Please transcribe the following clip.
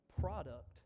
product